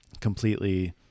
completely